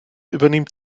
übernimmt